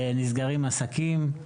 נסגרים עסקים,